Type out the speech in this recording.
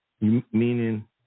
meaning